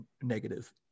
negative